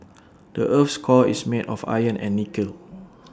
the Earth's core is made of iron and nickel